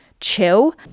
chill